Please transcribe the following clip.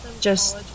Just-